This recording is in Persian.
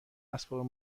اسباب